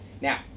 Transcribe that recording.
Now